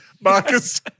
Marcus